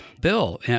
bill